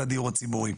על הדיור הציבורי.